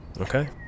Okay